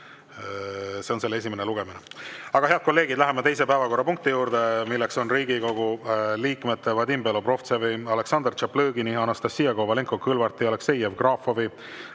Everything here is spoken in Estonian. See on selle esimene lugemine. Head kolleegid, läheme teise päevakorrapunkti juurde, milleks on Riigikogu liikmete Vadim Belobrovtsevi, Aleksandr Tšaplõgini, Anastassia Kovalenko-Kõlvarti, Aleksei Jevgrafovi,